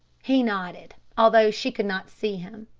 he nodded, although she could not see him.